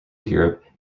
europe